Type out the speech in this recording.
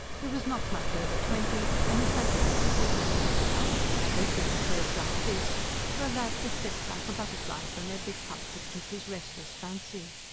he was not much over twenty, and, at that age, it was natural enough especially in a place like this for a lad to flit like a butterfly from every cup that took his restless fancy.